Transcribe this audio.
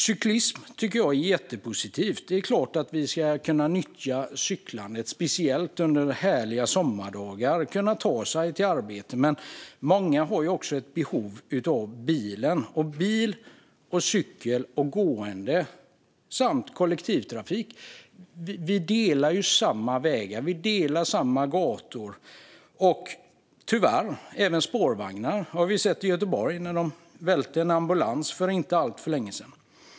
Cyklism tycker jag är jättepositivt. Det är klart att man ska kunna nyttja cyklandet för att speciellt under härliga sommardagar kunna ta sig till arbetet. Men många har också ett behov av bilen, och bilar, cyklar, gående och kollektivtrafik delar samma vägar och gator. Det gäller tyvärr även spårvagnar. Det har vi sett i Göteborg, där en spårvagn välte en ambulans för inte alltför länge sedan.